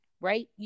right